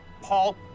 Paul